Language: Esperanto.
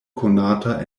konata